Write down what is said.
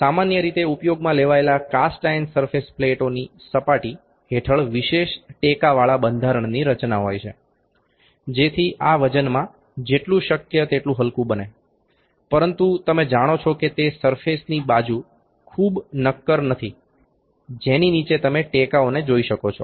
સામાન્ય રીતે ઉપયોગમાં લેવાયેલા કાસ્ટ આયર્ન સરફેસ પ્લેટોની સપાટી હેઠળ વિશેષ ટેકાવાળા બંધારણની રચના હોય છે જેથી આ વજનમાં જેટલું શક્ય તેટલું હલકું બને પરંતુ તમે જાણો છો કે તે સરફેસની બાજુ ખૂબ નક્કર નથી જેની નીચે તમે ટેકાઓને જોઇ શકો છો